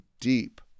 deep